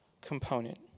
component